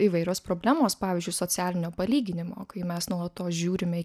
įvairios problemos pavyzdžiui socialinio palyginimo kai mes nuolatos žiūrime į